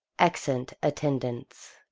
exeunt attendants.